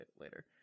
later